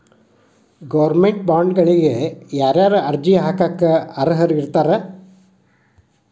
Government ಬಾಂಡ್ಗಳಿಗ ಯಾರ್ಯಾರ ಅರ್ಜಿ ಹಾಕಾಕ ಅರ್ಹರಿರ್ತಾರ?